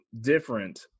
different